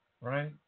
right